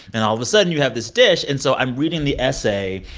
and all of a sudden, you have this dish. and so i'm reading the essay,